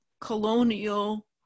colonial